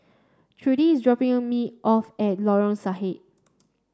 Trudie is dropping me off at Lorong Sahad